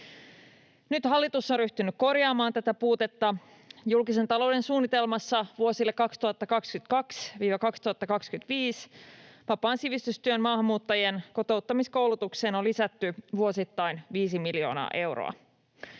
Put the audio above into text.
Nyt hallitus on ryhtynyt korjaamaan tätä puutetta. Julkisen talouden suunnitelmassa vuosille 2022—2025 vapaan sivistystyön maahanmuuttajien kotouttamiskoulutukseen on lisätty vuosittain 5 miljoonaa euroa.